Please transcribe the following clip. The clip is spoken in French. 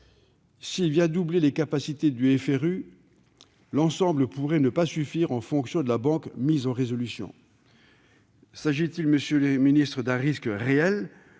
S'il vient doubler les capacités du FRU, l'ensemble pourrait ne pas suffire, selon la banque mise en résolution. S'agit-il selon vous d'un risque réel,